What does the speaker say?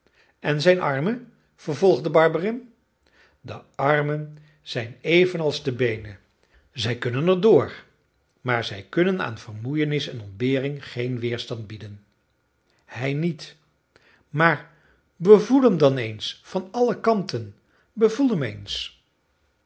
en zijn armen vervolgde barberin de armen zijn evenals de beenen zij kunnen er door maar zij kunnen aan vermoeienis en ontbering geen weerstand bieden hij niet maar bevoel hem dan eens van alle kanten bevoel hem eens